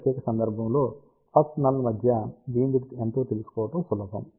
ఈ ప్రత్యేక సందర్భంలో ఫస్ట్ నల్ మధ్య బీమ్ విడ్త్ ఎంతో తెలుసుకోవడం సులభం